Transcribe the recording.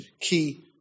key